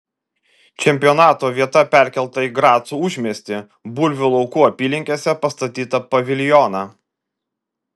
čempionato vieta perkelta į graco užmiestį bulvių laukų apylinkėse pastatytą paviljoną